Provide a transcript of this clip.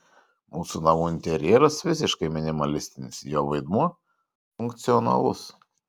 mūsų namų interjeras visiškai minimalistinis jo vaidmuo funkcionalus